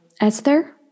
Esther